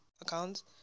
accounts